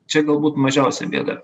čia galbūt mažiausia bėda